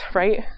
right